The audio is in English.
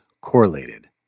correlated